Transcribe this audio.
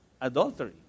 adultery